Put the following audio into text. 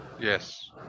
Yes